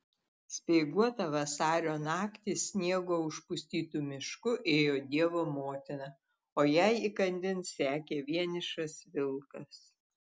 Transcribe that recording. speiguotą vasario naktį sniego užpustytu mišku ėjo dievo motina o jai įkandin sekė vienišas vilkas